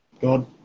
God